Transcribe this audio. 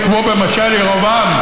וכמו במשל ירבעם: